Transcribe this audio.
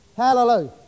Hallelujah